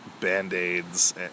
band-aids